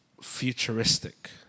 futuristic